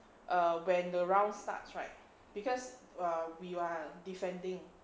err when the round starts right because err we are defending